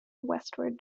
westward